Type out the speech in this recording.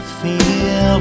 feel